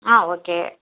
ஆ okay